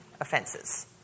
offenses